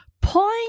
Point